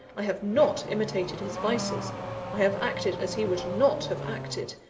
i have not imitated his vices i have acted as he would not have acted.